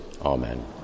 Amen